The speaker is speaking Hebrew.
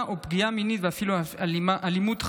או פגיעה מינית ואפילו אלימות חמורה.